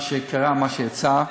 מה שקרה, מה שיצא,